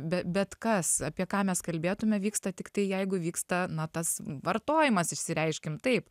be bet kas apie ką mes kalbėtume vyksta tiktai jeigu vyksta na tas vartojimas išsireiškiam taip